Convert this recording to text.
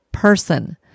person